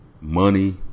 money